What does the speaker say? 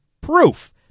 proof